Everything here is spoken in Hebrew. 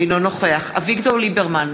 אינו נוכח אביגדור ליברמן,